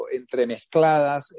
entremezcladas